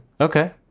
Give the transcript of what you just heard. Okay